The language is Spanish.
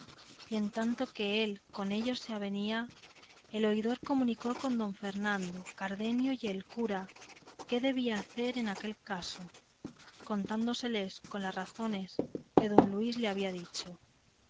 y en tanto que él con ellos se avenía el oidor comunicó con don fernando cardenio y el cura qué debía hacer en aquel caso contándoseles con las razones que don luis le había dicho